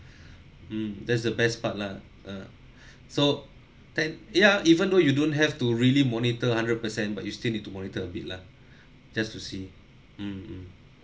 mm that's the best part lah uh so then ya even though you don't have to really monitor hundred percent but you still need to monitor a bit lah just to see mm mm